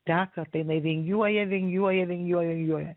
teka tai jinai vingiuoja vingiuoja vingiuoja vingiuoja